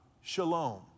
Shalom